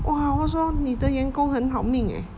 哇我说你的员工很好命 leh